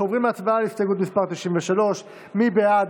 אנחנו עוברים להצבעה על הסתייגות מס' 93. מי בעד?